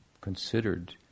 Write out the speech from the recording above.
considered